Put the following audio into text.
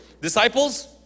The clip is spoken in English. Disciples